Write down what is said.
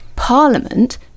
Parliament